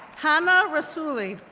hanna rassouli,